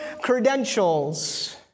credentials